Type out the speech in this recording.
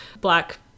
black